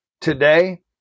Today